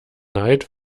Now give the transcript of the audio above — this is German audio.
neid